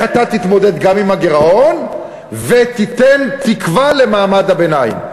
אתה תתמודד גם עם הגירעון ותיתן תקווה למעמד הביניים.